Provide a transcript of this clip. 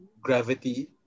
gravity